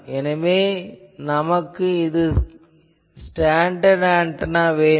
எனவே நமக்கு இதற்கு ஸ்டாண்டர்ட் ஆன்டெனா வேண்டும்